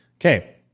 okay